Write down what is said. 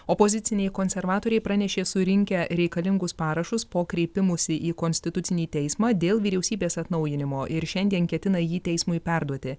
opoziciniai konservatoriai pranešė surinkę reikalingus parašus po kreipimusi į konstitucinį teismą dėl vyriausybės atnaujinimo ir šiandien ketina jį teismui perduoti